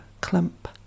clump